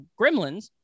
Gremlins